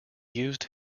used